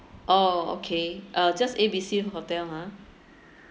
orh okay uh just A B C hotel ha